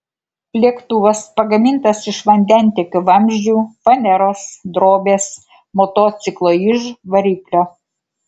lėktuvas pagamintas iš vandentiekio vamzdžių faneros drobės motociklo iž variklio